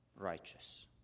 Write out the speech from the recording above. righteous